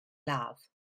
ladd